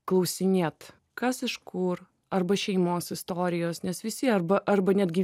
klausinėt kas iš kur arba šeimos istorijos nes visi arba arba netgi